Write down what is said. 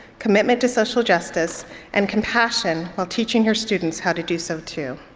commitment to social justice and compassion while teaching her students how to do so too.